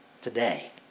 today